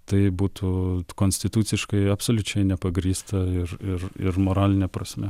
tai būtų konstituciškai absoliučiai nepagrįsta ir ir ir moraline prasme